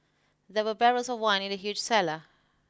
there were barrels of wine in the huge cellar